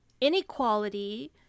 inequality